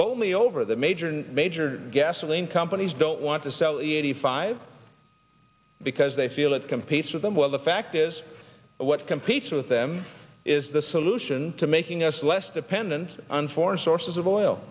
only over the major major gasoline companies don't want to sell e eighty five because they feel it competes with them well the fact is what competes with them is the solution to making us less dependent on foreign sources of oil